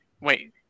Wait